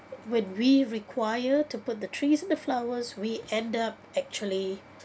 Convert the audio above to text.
when we require to put the trees and the flowers we end up actually